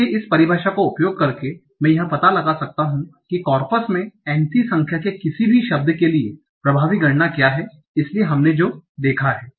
इसलिए इस परिभाषा का उपयोग करके मैं यह पता लगा सकता हूं कि कॉर्पस में N c संख्या के किसी भी शब्द के लिए प्रभावी गणना क्या है इसलिए हमने जो देखा है